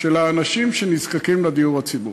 של האנשים שנזקקים לדיור הציבורי.